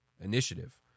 Initiative